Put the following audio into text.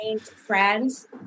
friends